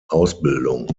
ausbildung